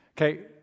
Okay